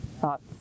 Thoughts